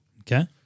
Okay